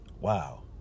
Wow